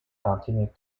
continued